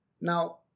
Now